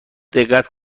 دقت